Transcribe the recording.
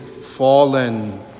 fallen